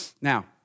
Now